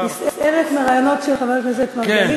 אני נסערת מהרעיונות של חבר הכנסת מרגלית,